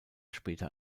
später